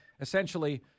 essentially